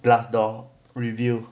glassdoor review